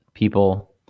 People